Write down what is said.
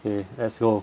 okay let's go